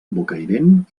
bocairent